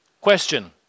Question